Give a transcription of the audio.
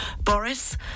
Boris